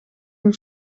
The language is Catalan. del